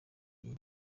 iyi